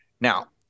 Now